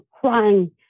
crying